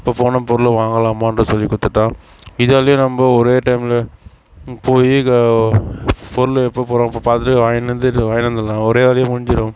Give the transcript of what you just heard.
இப்போ போனால் பொருள் வாங்கலாமான்ட்டு சொல்லிக் கொடுத்துட்டான் இதாலேயே நம்ம ஒரே டைமில் போய் பொருள் எப்போ போடுறாங்கன்னு அப்போ பார்த்துட்டு வாங்கினு வந்து வாங்கினு வந்தடலாம் ஒரே வேலையாக முடிஞ்சுடும்